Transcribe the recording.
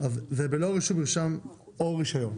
אז זה בלא רישום מרשם או רישיון.